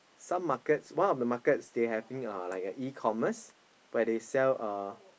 some markets one of the markets they having uh like uh E-commerce where they sell uh